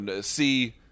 see